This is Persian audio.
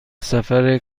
سفر